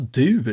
du